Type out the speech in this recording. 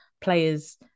players